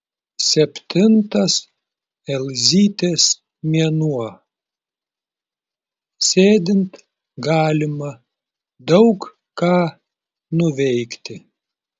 septintas elzytės mėnuo sėdint galima daug ką nuveikti